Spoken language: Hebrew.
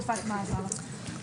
תקופת מעבר.